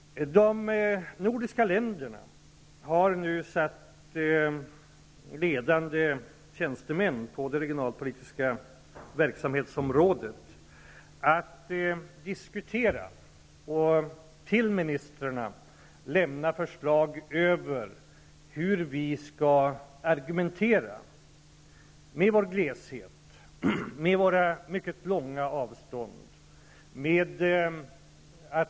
De nordiska länderna har nu satt ledande tjänstemän på det regionalpolitiska verksamhetsområdet att diskutera och till ministrarna lämna förslag till hur vi skall argumentera för vår glesbygd med våra mycket långa avstånd.